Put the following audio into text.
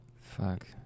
Fuck